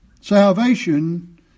Salvation